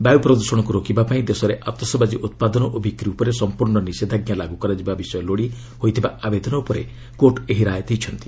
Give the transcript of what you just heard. ବାୟୁ ପ୍ରଦୃଷଣକୁ ରୋକିବା ପାଇଁ ଦେଶରେ ଆତସବାଜି ଉତ୍ପାଦନ ଓ ବିକ୍ରି ଉପରେ ସମ୍ପର୍ଷ ନିଷେଧାଜ୍ଞା ଲାଗୁ କରାଯିବା ବିଷୟ ଲୋଡ଼ି ହୋଇଥିବା ଆବେଦନ ଉପରେ କୋର୍ଟ ଏହି ରାୟ ଦେଇଛନ୍ତି